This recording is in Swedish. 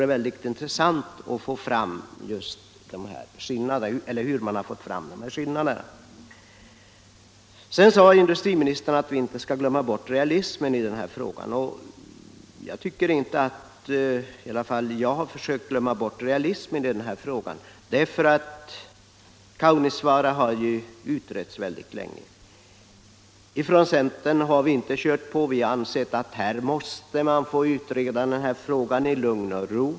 Det vore intressant att få veta hur man fått fram dessa skillnader. Sedan sade industriministern att vi inte skall glömma bort realismen i den här frågan. Jag tycker inte att jag har glömt bort realismen. Kaunisvaara har utretts väldigt länge. Vi från centern har inte bara kört på. Vi har ansett att man måste få utreda den här frågan i lugn och ro.